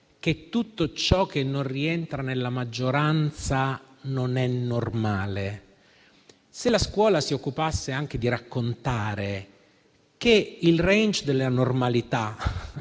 che tutto ciò che non rientra nella maggioranza non è normale. La scuola dovrebbe occuparsi anche di raccontare che il *range* della normalità